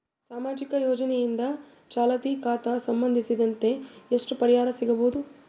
ಸಾಮಾಜಿಕ ಯೋಜನೆಯಿಂದ ಚಾಲತಿ ಖಾತಾ ಸಂಬಂಧಿಸಿದಂತೆ ಎಷ್ಟು ಪರಿಹಾರ ಸಿಗಬಹುದು?